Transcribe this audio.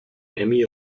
emmy